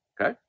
okay